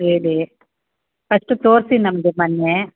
ಹೇಳಿ ಫಸ್ಟು ತೋರಿಸಿ ನಮ್ಮದು ಮನೆ